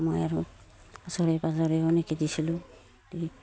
মই আৰু ওচৰে পাঁজৰে এনেকৈও দিছিলোঁ